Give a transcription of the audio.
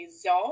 zone